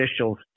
officials